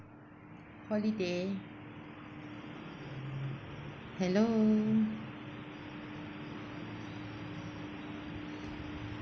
holiday hello